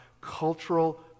cultural